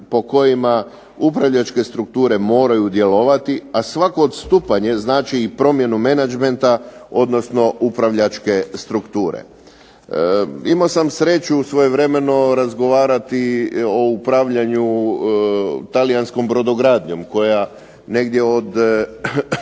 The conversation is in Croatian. po kojima upravljačke strukture moraju djelovati, a svako odstupanje znači i promjenu menadžmenta, odnosno upravljačke strukture. Imao sam sreću svojevremeno razgovarati o upravljanju talijanskom brodogradnjom koja negdje od